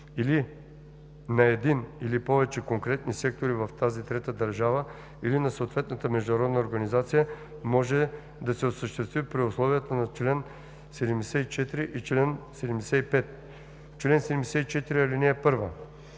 или на един или повече конкретни сектори в тази трета държава, или на съответната международна организация може да се осъществи при условията на чл. 74 и 75. Чл. 74. (1) При